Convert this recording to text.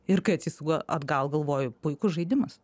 ir kai atsisuku atgal galvoju puikus žaidimas